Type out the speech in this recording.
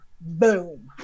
boom